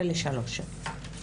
זה לשלוש שנים.